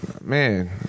man